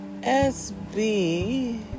SB